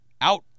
Out